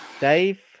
Dave